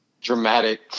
dramatic